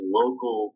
local